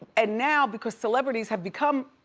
and now, because celebrities have become